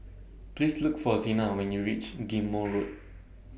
Please Look For Xena when YOU REACH Ghim Moh Road